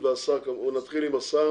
נתחיל עם השר,